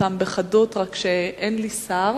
רק שאין שר,